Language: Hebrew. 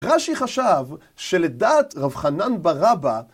רש"י חשב שלדעת רב חנן בר אבא